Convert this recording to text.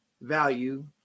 value